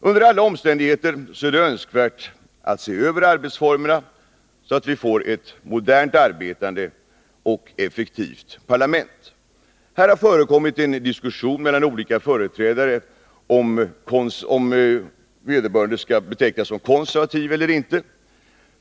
Under alla omständigheter är det önskvärt att se över arbetsformerna, så att vi får ett modernt arbetande och effektivt parlament. Här har förekommit en diskussion mellan olika företrädare om vederbörande skall betecknas som konservativ eller inte.